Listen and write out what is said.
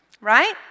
Right